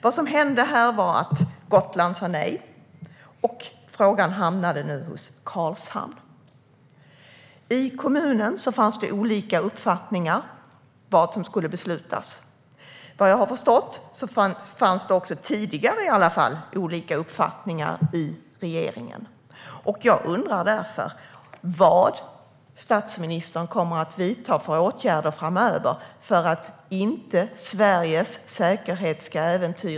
Vad som hände var att Gotland sa nej, och frågan hamnade då hos Karlshamn. I kommunen fanns det olika uppfattningar om vad som skulle beslutas. Vad jag har förstått fanns det också tidigare olika uppfattningar i regeringen. Jag undrar därför vad statsministern kommer att vidta för åtgärder framöver för att inte Sveriges säkerhet ska äventyras.